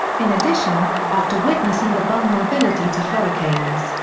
in addition, after witnessing the vulnerability to hurricanes,